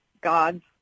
God's